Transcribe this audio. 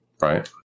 Right